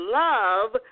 love